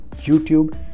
YouTube